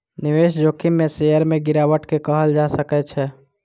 निवेश जोखिम में शेयर में गिरावट के कहल जा सकै छै